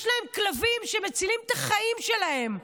יש להם כלבים שמצילים את החיים שלהן.